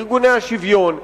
ארגוני השוויון,